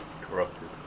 Corrupted